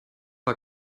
war